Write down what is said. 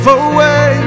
away